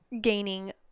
gaining